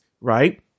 right